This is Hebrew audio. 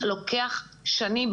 לוקח שנים.